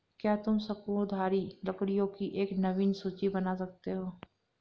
क्या तुम शंकुधारी लकड़ियों की एक नवीन सूची बना सकते हो?